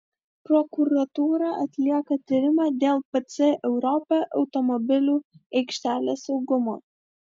prokuratūra atlieka tyrimą dėl pc europa automobilių aikštelės saugumo